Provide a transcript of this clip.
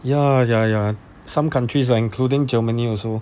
ya ya ya some countries ah including germany also